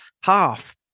half